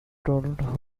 told